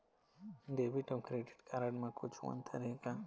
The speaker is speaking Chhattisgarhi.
डेबिट अऊ क्रेडिट कारड म कुछू अंतर हे का?